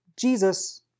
Jesus